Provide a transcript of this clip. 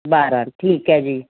ਬਾਰਾਂ ਨੂੰ ਠੀਕ ਹੈ ਜੀ